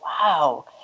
wow